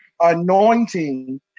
anointing